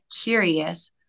curious